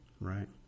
Right